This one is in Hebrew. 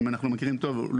אם אנחנו מכירים טוב,